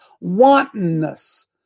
wantonness